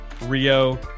Rio